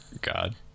God